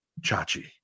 chachi